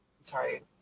sorry